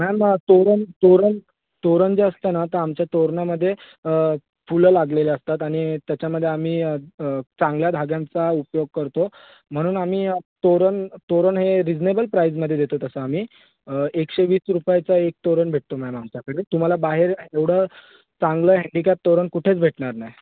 ma'am तोरण तोरण तोरण जे असतं ना तर आमच्या तोरणामध्ये फुलं लागलेले असतात आणि त्याच्यामध्ये आम्ही चांगल्या धाग्यांचा उपयोग करतो म्हणून आम्ही तोरण तोरण हे रिजनेबल प्राइजमध्ये देतो तसं आम्ही एकशे वीस रुपयाचं एक तोरण भेटतो मॅम आमच्याकडे तुम्हाला बाहेर एवढं चांगलं हँडीक्राफ्ट तोरण कुठेच भेटणार नाही